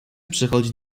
przechodzi